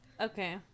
Okay